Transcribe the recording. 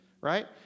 right